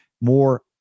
more